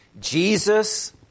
Jesus